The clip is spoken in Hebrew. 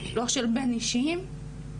של בינאישיים,